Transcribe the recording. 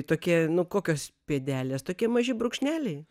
tokie nu kokios pėdelės tokie maži brūkšneliai